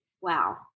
Wow